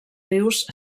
rius